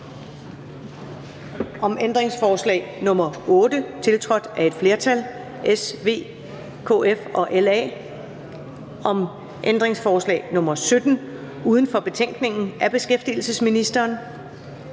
om ændringsforslag nr. 8, tiltrådt af et flertal (S, V, KF og LA), om ændringsforslag nr. 17 uden for betænkningen af beskæftigelsesministeren